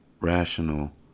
rational